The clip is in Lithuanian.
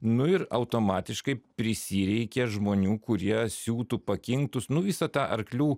nu ir automatiškai prisireikė žmonių kurie siūtų pakinktus nu visą tą arklių